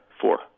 four